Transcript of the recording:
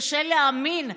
קשה להאמין,